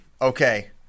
Okay